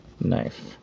knife